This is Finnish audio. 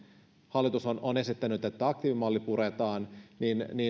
hallitus on on esittänyt että aktiivimalli puretaan niin